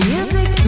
Music